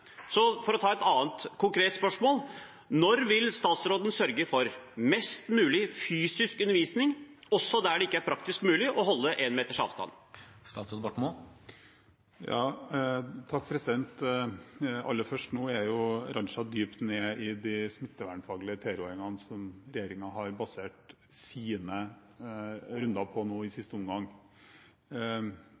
Så for å ta et annet konkret spørsmål: Når vil statsråden sørge for mest mulig fysisk undervisning, også der det ikke er praktisk mulig å holde én meters avstand? Aller først: Nå er Raja dypt nede i de smittevernfaglige tilrådingene som regjeringen har basert sine runder på nå i siste omgang.